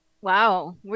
Wow